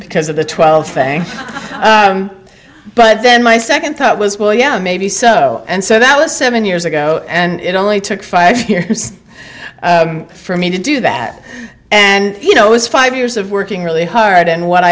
because of the twelve thing but then my second thought was well yeah maybe so and so that was seven years ago and it only took five years for me to do that and you know it was five years of working really hard and what